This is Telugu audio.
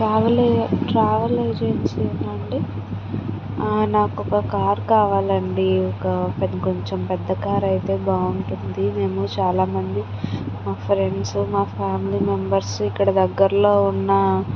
ట్రావెల్ ఏ ట్రావెల్ ఏజెన్సీ ఏనా అండి ఆ నాకొక కార్ కావాలండి ఒక కొంచెం పెద్ద కార్ అయితే బాగుంటుంది మేము చాలా మంది మా ఫ్రెండ్స్ మా ఫ్యామిలీ మెంబెర్స్ ఇక్కడ దగ్గరలో ఉన్న